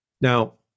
Now